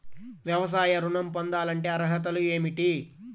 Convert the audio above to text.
వ్యవసాయ ఋణం పొందాలంటే అర్హతలు ఏమిటి?